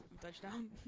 Touchdown